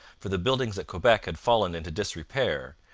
for the buildings at quebec had fallen into disrepair,